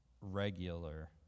regular